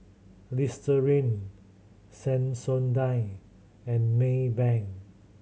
Listerine Sensodyne and Maybank